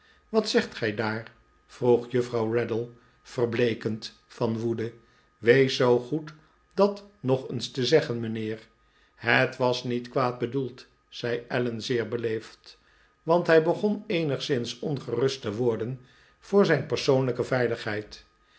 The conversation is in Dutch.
wat zegt gij daar vroeg juffrouw raddle verbleekend van woede wees zoo goed dat nog eens te zeggen mijnheer het was niet kwaad bedoeld zei allen zeer beleefd want hij begon eenigszins ongerust te worden voor zijn persoonlijke veiligheid